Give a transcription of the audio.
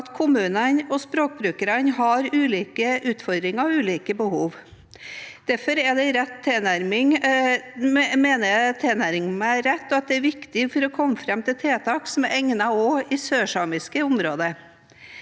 at kommunene og språkbrukerne har ulike utfordringer og ulike behov. Derfor mener jeg tilnærmingen er rett, og at det er viktig for å komme fram til tiltak som er egnet også i sørsamiske områder.